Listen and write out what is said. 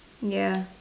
ya